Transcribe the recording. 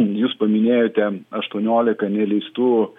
jūs paminėjote aštuoniolika neįleistų